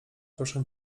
proszę